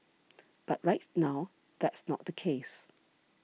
but right now that's not the case